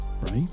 Right